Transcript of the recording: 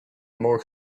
more